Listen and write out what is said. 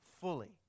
fully